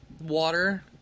water